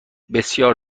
بسیار